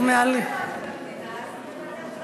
אבל אם זה היה עולה למדינה,